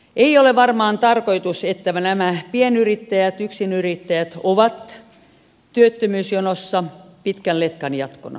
ei ole varmaan tarkoitus että nämä pienyrittäjät yksinyrittäjät ovat työttömyysjonossa pitkän letkan jatkona